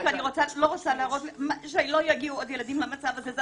אני לא רוצה שיגיעו עוד ילדים למצב הזה.